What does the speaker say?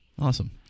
Awesome